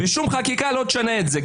ושום חקיקה לא תשנה את זה,